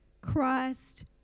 Christ